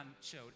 showed